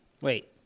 Wait